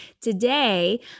Today